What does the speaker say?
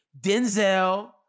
Denzel